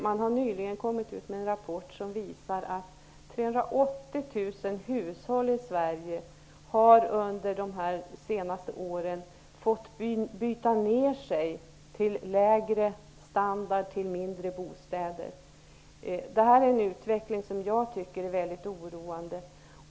Man har nyligen avlämnat en rapport som visar att 380 000 hushåll i Sverige under de senaste åren har fått byta ner sig till en lägre standard, till en mindre bostad. Denna utveckling tycker jag är väldigt oroande.